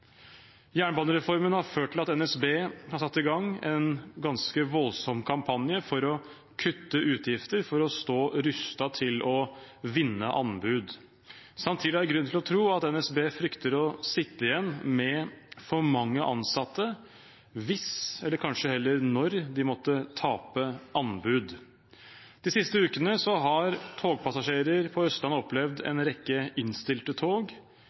Jernbanereformen har ført til at NSB har satt i gang en ganske voldsom kampanje for å kutte utgifter for å stå rustet til å vinne anbud. Samtidig er det grunn til å tro at NSB frykter å sitte igjen med for mange ansatte hvis – eller kanskje heller når – de måtte tape anbud. De siste ukene har togpassasjerer på Østlandet opplevd en rekke innstilte tog,